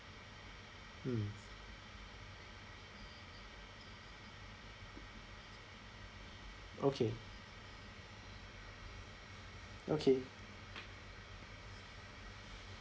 mm okay okay